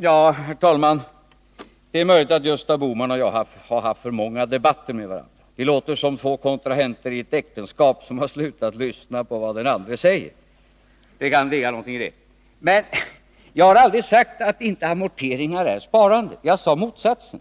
Herr talman! Det är möjligt att Gösta Bohman och jag har haft för många debatter med varandra. Vi låter som de två kontrahenterna i ett äktenskap där man slutat lyssna på varandra. Jag har aldrig sagt att amorteringar inte är sparande. Jag sade motsatsen.